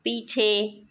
पीछे